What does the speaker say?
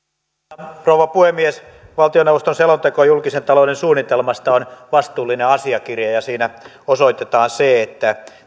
arvoisa rouva puhemies valtioneuvoston selonteko julkisen talouden suunnitelmasta on vastuullinen asiakirja ja siinä osoitetaan se että